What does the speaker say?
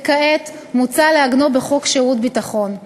וכעת מוצע לעגנו בחוק שירות ביטחון.